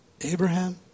Abraham